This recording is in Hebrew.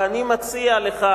ואני מציע לך,